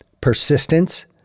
persistence